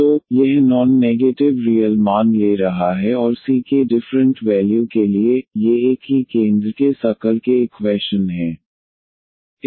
तो यह non negative real मान ले रहा है और सी के डिफ्रन्ट वैल्यू के लिए ये एक ही केंद्र के सर्कल के इक्वैशन हैं